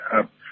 up